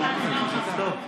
הצעת החוק הזו, אפשר, טוב.